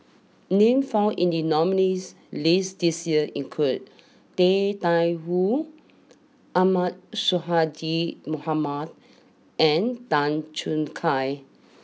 names found in the nominees' list this year include Tang Da Wu Ahmad Sonhadji Mohamad and Tan Choo Kai